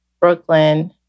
Brooklyn